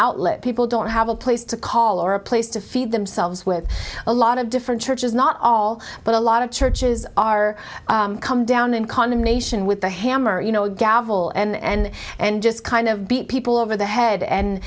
outlet people don't have a place to call or a place to feed themselves with a lot of different churches not all but a lot of churches are come down in condemnation with a hammer you know gavel and and just kind of beat people over the head and